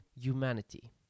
humanity